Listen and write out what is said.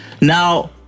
Now